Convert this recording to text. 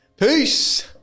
Peace